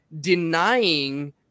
denying